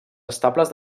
estables